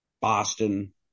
Boston